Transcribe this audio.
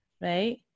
right